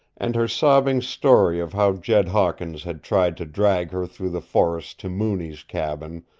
and her sobbing story of how jed hawkins had tried to drag her through the forest to mooney's cabin,